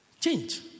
change